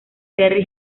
terry